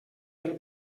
del